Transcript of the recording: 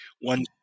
one